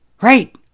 Right